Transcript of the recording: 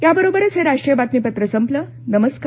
या बरोबरच हे राष्ट्रीय बातमीपत्र संपलं नमस्कार